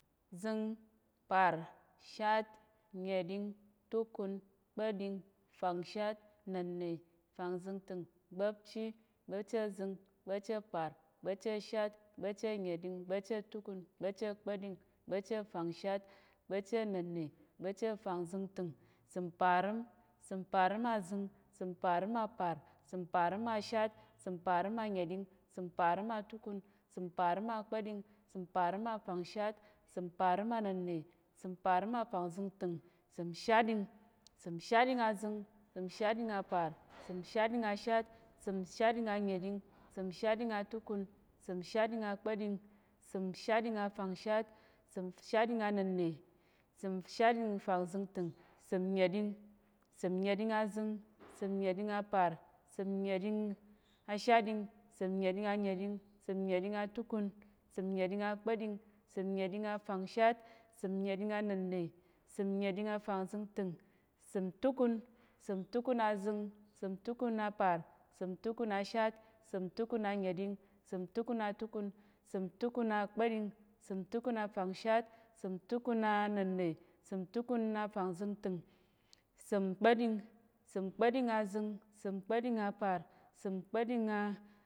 Zing par shat nyeɗing tukun kpa̱ɗing fangshat nənne fingzingting gbapchi gbapchazing gbapchapar gbapchashat gbachanyeɗing gbachatukun gbachakpa̱ding gbacha fangshat gbacha nənne gbachafangzingting səmparim səmparim azing səmparim apar səmparim ashat səmparim anyeɗing səmparim atukun səmparim akpa̱ding səmparim afangshat səmparim anənne səmparim afangzingting səmshaɗing səmshaɗing azing səmshaɗing apar səmshaɗing ashat səmshaɗing anyeɗing səmshaɗing atukun səmshaɗing akpa̱ding səmshaɗing afangshat səmshaɗing anənne səmshaɗing fingzingting səmnyeɗing səmnyeɗing azing səmnyeɗing apar səmnyeɗing ashaɗing səmnyeɗing anyeɗing səmnyeɗing atukun səmnyeɗing akpa̱ding səmnyeɗing afangshat səmnyeɗing anənne səmnyeɗing afangzingting səmtukun səmtukunazing səmtukun apar səmtukun ashat səmtukun atukun səmtukun akpa̱ding səmtukun afangshat səmtukun anənne səmtukun afangzingting səmkpa̱ɗing səmkpa̱ɗing azing səmkpa̱ɗing apar səmkpa̱ɗing a